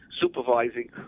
supervising